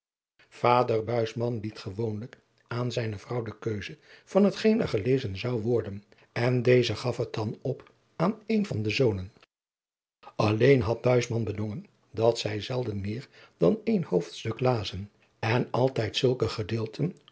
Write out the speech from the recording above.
buisman liet gewoonlijk aan zijne vrouw de keuze van het geen er gelezen zou worden en deze gaf het dan op aan een van de zonen alleen had buisman bedongen dat zij zelden meer dan één hoofdstuk lazen en altijd zulke gedeelten